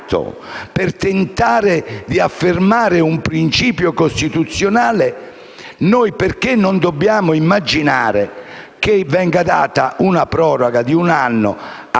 tentar di affermare un principio costituzionale, noi perché non dobbiamo immaginare che venga data una proroga di un anno a coloro